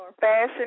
fashion